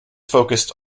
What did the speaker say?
focused